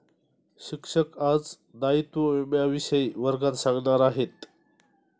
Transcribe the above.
शिक्षक आज दायित्व विम्याविषयी वर्गात सांगणार आहेत